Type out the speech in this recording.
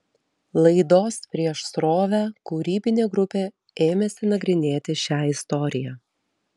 laidos prieš srovę kūrybinė grupė ėmėsi nagrinėti šią istoriją